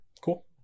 Cool